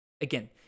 again